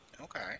Okay